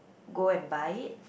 go and buy it